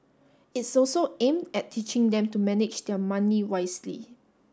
it's also aimed at teaching them to manage their money wisely